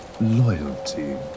loyalty